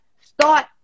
start